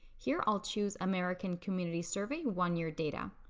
here i'll choose american community survey one year data